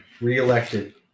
reelected